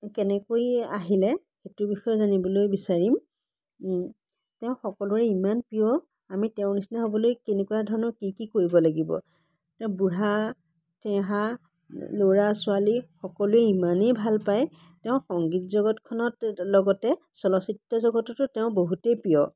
কেনেকৈ আহিলে সেইটো বিষয়ে জানিবলৈ বিচাৰিম তেওঁ সকলোৰে ইমান প্ৰিয় আমি তেওঁৰ নিচিনা হ'বলৈ কেনেকুৱা ধৰণৰ কি কি কৰিব লাগিব তেওঁক বুঢ়া থেৰা ল'ৰা ছোৱালী সকলোৱে ইমানেই ভাল পায় তেওঁ সংগীত জগতখনৰ লগতে চলচ্চিত্ৰ জগততো তেওঁ বহুতেই প্ৰিয়